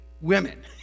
women